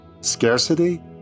Scarcity